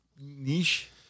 niche